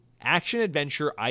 action-adventure